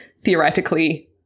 theoretically